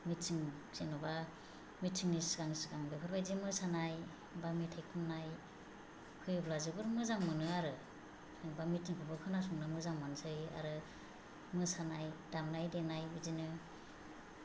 meeting जेनेबा मिटिंनि सिगां सिगां बेफोरबायदि मोसानाय बा मेथाय खननाय होयोब्ला जोबोद मोजां मोनो आरो जेनेबा मिटिंखौबो खोनासंनो मोजां मोननोसै आरो मोसानाय दामनाय देनाय बिदिनो